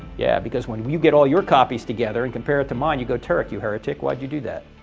yeah, because when when you get all your copies together and compare it to mine, you go, turek, you heretic. why did you do that?